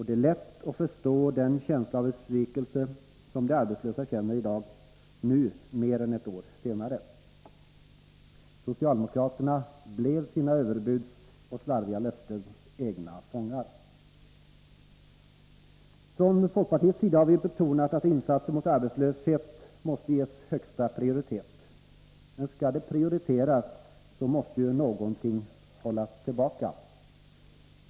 Det är lätt att förstå den känsla av besvikelse som de arbetslösa känner i dag, mer än ett år senare. Socialdemokraterna blev sina överbuds och slarviga löftens egna fångar. Från folkpartiets sida har vi betonat att insatser mot arbetslösheten måste ges högsta prioritet. Men om det skall prioriteras, måste ju någonting hållas tillbaka.